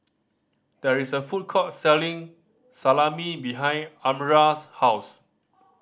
there is a food court selling Salami behind Almyra's house